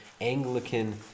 Anglican